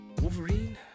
Wolverine